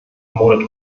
ermordet